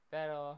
Pero